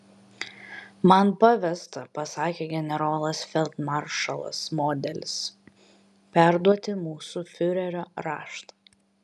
man pavesta pasakė generolas feldmaršalas modelis perduoti mūsų fiurerio raštą